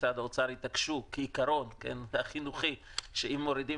משרד האוצר התעקשו כעיקרון חינוכי שאם מורידים